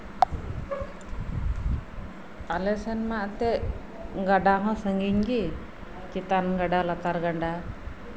ᱟᱞᱮ ᱥᱮᱱ ᱢᱟ ᱮᱱᱛᱮᱜ ᱜᱟᱰᱟ ᱦᱚᱸ ᱥᱟᱹᱜᱤᱧ ᱜᱮ ᱪᱮᱛᱟᱱ ᱜᱟᱰᱟ ᱞᱟᱛᱟᱨ ᱜᱟᱰᱟ